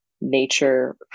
nature